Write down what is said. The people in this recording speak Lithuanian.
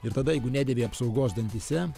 ir tada jeigu nedėvi apsaugos dantyse